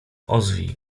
ozwij